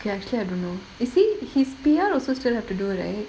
ya actually I don't know is he he's P_R also still have to do right